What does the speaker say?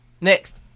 Next